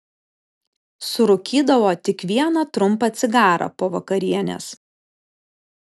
surūkydavo tik vieną trumpą cigarą po vakarienės